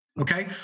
Okay